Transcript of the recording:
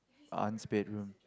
aunt's bedroom